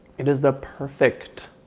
it is the perfect,